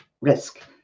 risk